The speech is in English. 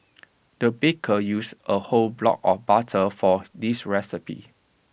the baker used A whole block of butter for this recipe